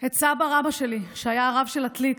את סבא רבא שלי, שהיה הרב של עתלית.